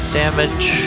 damage